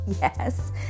Yes